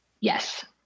Yes